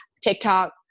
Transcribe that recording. TikTok